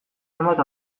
hainbat